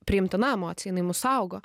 priimtina emocija jinai mus saugo